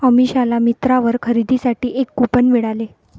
अमिषाला मिंत्रावर खरेदीसाठी एक कूपन मिळाले